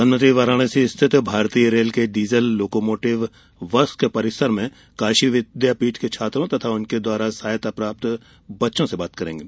प्रधानमंत्री वाराणसी के भारतीय रेल के डीजल लोकोमोटिव वर्क्स के परिसर में काशी विद्यापीठ के छात्रों तथा उनके द्वारा सहायता प्राप्त बच्चों से बात करेंगे